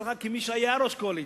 אני אומר לך כמי שהיה ראש קואליציה,